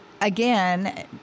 again